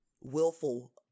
willful